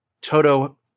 Toto